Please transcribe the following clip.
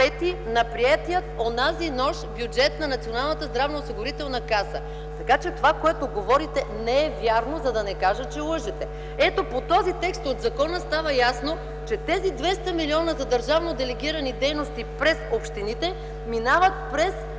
в § 5 на приетия онази нощ бюджет на Националната здравноосигурителна каса. Така че това, което говорите, не е вярно, за да не кажа, че лъжете. Ето, по този текст от закона става ясно, че тези 200 млн. лв. за държавно делегирани дейности през общините минават през